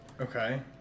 Okay